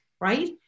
right